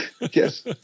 Yes